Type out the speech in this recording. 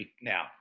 Now